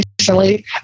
recently